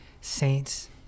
Saints